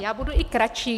Já budu i kratší.